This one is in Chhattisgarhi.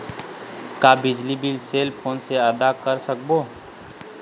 का बिजली बिल सेल फोन से आदा कर सकबो?